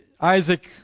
Isaac